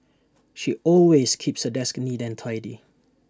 she always keeps her desk neat and tidy